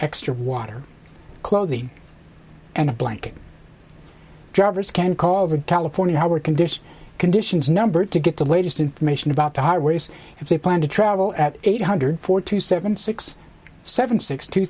extra water clothing and a blanket drivers can cause a california how are conditions conditions numbered to get the latest information about the highways if they plan to travel at eight hundred four two seven six seven six two